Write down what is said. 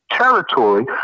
territory